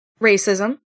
Racism